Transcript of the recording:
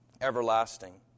everlasting